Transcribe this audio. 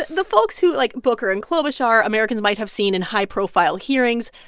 the folks who, like booker and klobuchar, americans might have seen in high-profile hearings.